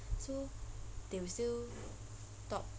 so they would still talk